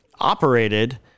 operated